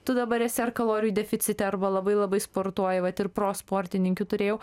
tu dabar esi ar kalorijų deficite arba labai labai sportuoji vat ir pro sportininkių turėjau